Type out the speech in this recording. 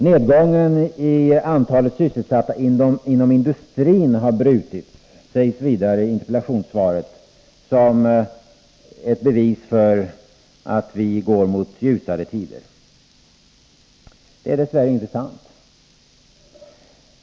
Nedgången i antalet sysselsatta inom industrin har brutits, sägs det vidare i interpellationssvaret, som ett bevis för att vi går mot ljusare tider. Det är dess värre inte sant.